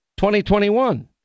2021